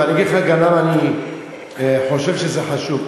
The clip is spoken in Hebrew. ואני אגיד לך גם למה אני חושב שזה חשוב,